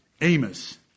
Amos